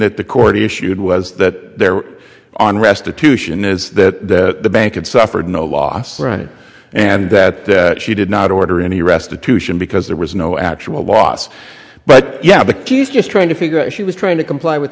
that the court issued was that there were on restitution is that the bank had suffered no loss right and that she did not order any restitution because there was no actual loss but yeah the key is just trying to figure out if she was trying to comply with